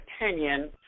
opinion